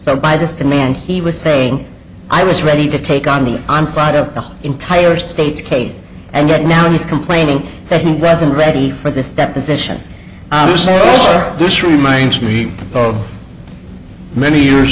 so by this demand he was saying i was ready to take on the i'm side of the entire state's case and yet now he's complaining that he wasn't ready for this deposition this reminds me of many years